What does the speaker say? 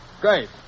Great